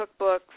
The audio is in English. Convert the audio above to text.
cookbooks